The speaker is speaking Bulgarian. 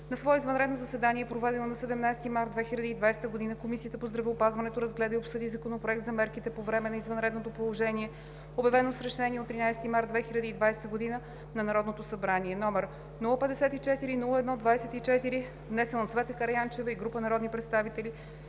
На свое извънредно заседание, проведено на 17 март 2020 г., Комисията по здравеопазването разгледа и обсъди Законопроект за мерките по време на извънредното положение, обявено с Решение от 13 март 2020 г. на Народното събрание, № 054-01-24, внесен от Цвета Караянчева и група народни представители